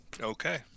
Okay